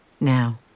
Now